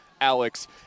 Alex